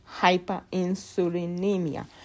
hyperinsulinemia